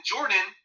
Jordan